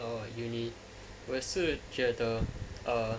oh uni 我也是觉得 ah